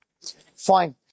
Fine